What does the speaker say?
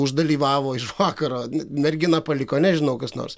uždalyvavo iš vakaro mergina paliko nežinau kas nors